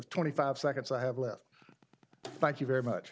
twenty five seconds i have left thank you very much